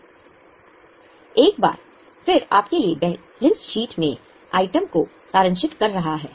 यह एक बार फिर आपके लिए बैलेंस शीट में आइटम को सारांशित कर रहा है